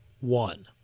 One